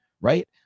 right